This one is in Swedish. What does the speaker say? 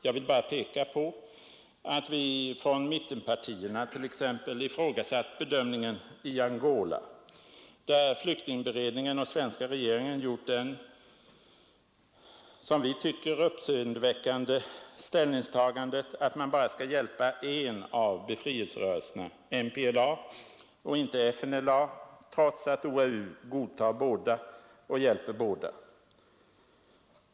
Jag vill peka på att vi från mittenpartierna t.ex. ifrågasatt bedömningen vad gäller Angola, där flyktingberedningen och svenska regeringen gjort det, som vi tycker, uppseendeväckande ställningstagandet att man bara skall hjälpa en av befrielserörelserna, nämligen MPLA, och inte FNLA, trots att OAU godtar båda och hjälper båda.